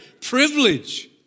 privilege